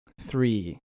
three